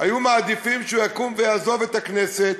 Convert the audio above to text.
היו מעדיפים שהוא יקום ויעזוב את הכנסת,